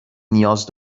نیاز